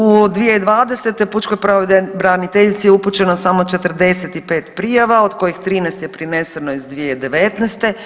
U 2020. pučkoj pravobraniteljici je upućeno samo 45 prijava od kojih 13 je prineseno iz 2019.